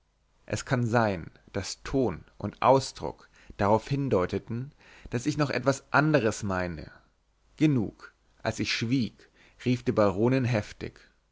es kann sein daß ton und ausdruck darauf hindeuteten daß ich noch etwas anderes meine genug als ich schwieg rief die baronin heftig